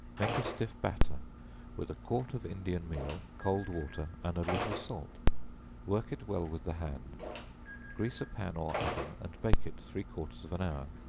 make a stiff batter with a quart of indian meal, cold water and a little salt work it well with the hand grease a pan or oven, and bake it three-quarters of an hour.